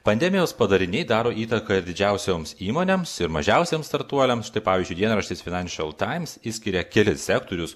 pandemijos padariniai daro įtaką ir didžiausioms įmonėms ir mažiausiams startuoliams pavyzdžiui dienraštis financial times išskiria kelis sektorius